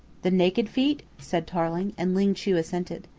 the naked feet? said tarling, and ling chu assented.